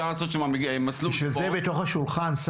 מפתחות זה אנשים אחרים, אני